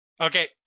Okay